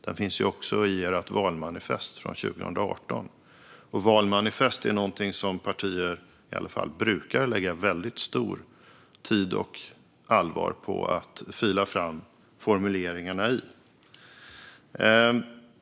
Den finns också i ert valmanifest från 2018, och valmanifest är någonting som partier i alla fall brukar lägga väldigt mycket tid och allvar på att fila fram formuleringarna i.